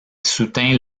soutint